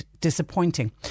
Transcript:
disappointing